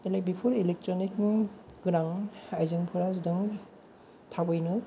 बेलेग बेफोर इलेक्ट्रनिक गोनां आइजेंफोरा जादों थाबैनो